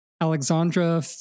Alexandra